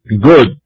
good